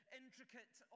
intricate